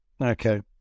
Okay